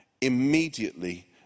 Immediately